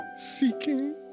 seeking